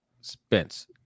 spence